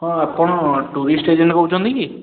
ହଁ ଆପଣ tourist agent କହୁଛନ୍ତି କି